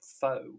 foe